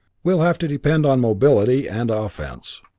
we'll have to depend on mobility and offense.